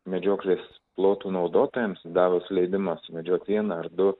medžioklės plotų naudotojams davus leidimą sumedžiot vieną ar du